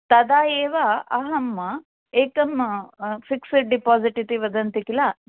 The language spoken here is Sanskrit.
तदाएव अहम् एतम् फिक्स डिपॉज़िट इति वदन्ति किल